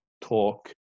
talk